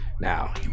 Now